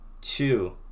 two